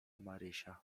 marysia